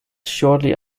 shortly